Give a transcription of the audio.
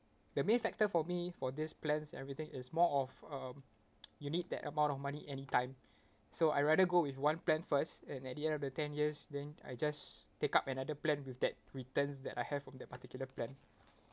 the main factor for me for this plans everything is more of um you need that amount of money anytime so I rather go with one plan first and at the end of the ten years then I just take up another plan with that returns that I have on that particular plan